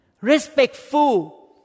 respectful